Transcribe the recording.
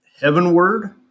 heavenward